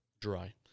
Dry